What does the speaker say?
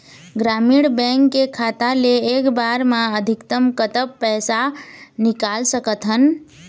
ग्रामीण बैंक के खाता ले एक बार मा अधिकतम कतक पैसा निकाल सकथन?